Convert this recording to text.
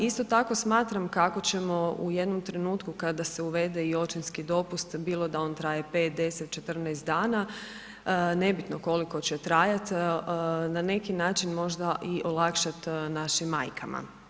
Isto tako smatram kako ćemo u jednom trenutku kada se uvede i očinski dopust bilo da on traje 5, 10, 14 dana, nebitno koliko će trajat, na neki način možda i olakšat našim majkama.